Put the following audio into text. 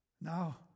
Now